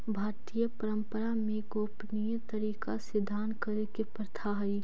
भारतीय परंपरा में गोपनीय तरीका से दान करे के प्रथा हई